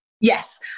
Yes